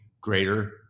greater